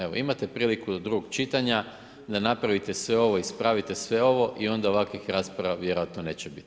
Evo imate priliku do drugog čitanja da napravite sve ovo, ispravite sve ovo i onda ovakvih rasprava vjerovatno neće biti.